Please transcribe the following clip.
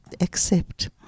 accept